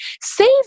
Save